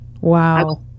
wow